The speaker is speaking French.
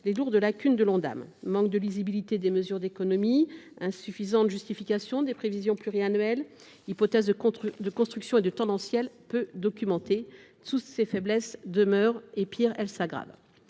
les lourdes lacunes de l’Ondam : manque de lisibilité des mesures d’économie, insuffisante justification des prévisions pluriannuelles, hypothèses de construction et évaluation du « tendanciel » des dépenses peu documentées. Toutes ces faiblesses demeurent ; pis, elles s’aggravent.